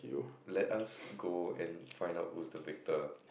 let us go and find out who's the victor